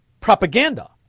propaganda